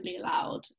allowed